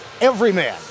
everyman